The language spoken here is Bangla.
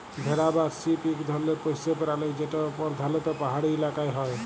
ভেড়া বা শিপ ইক ধরলের পশ্য পেরালি যেট পরধালত পাহাড়ি ইলাকায় হ্যয়